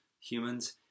humans